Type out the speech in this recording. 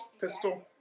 pistol